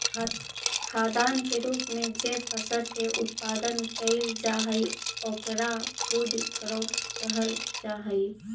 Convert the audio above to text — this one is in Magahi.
खाद्यान्न के रूप में जे फसल के उत्पादन कैइल जा हई ओकरा फूड क्रॉप्स कहल जा हई